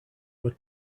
were